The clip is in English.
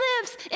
lives